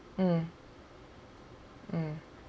mm mm